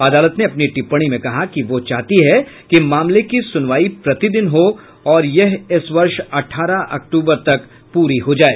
अदालत ने अपनी टिप्पणी में कहा कि वह चाहती है कि मामले की सुनवाई प्रतिदिन हो और यह इस वर्ष अठारह अक्तूबर तक पूरी हो जाए